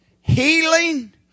healing